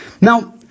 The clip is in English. now